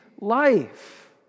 life